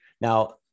Now